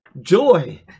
joy